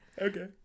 Okay